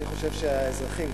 אני חושב שהאזרחים,